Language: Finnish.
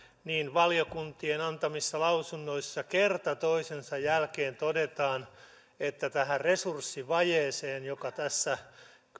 niin valiokuntien antamissa lausunnoissa kerta toisensa jälkeen todetaan että tähän resurssivajeeseen joka tässä